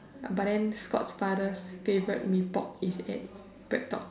but but then Scott's father favourite Mee-Pok is at breadtalk